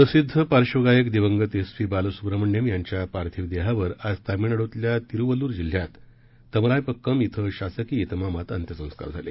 प्रसिद्ध पार्श्वगायक दिवंगत एस पी बालसुब्रह्मण्यम यांच्या पार्श्विव देहावर आज तामिळनाडूतल्या तिरुवल्लूर जिल्ह्यात तमरायपक्कम श्विं शासकीय त्रिमामात अंत्यसंस्कार झाले